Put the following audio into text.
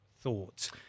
thoughts